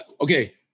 Okay